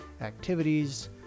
activities